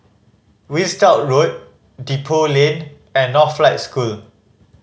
Winstedt Road Depot Lane and Northlight School